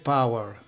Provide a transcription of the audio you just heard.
Power